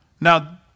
Now